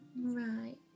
Right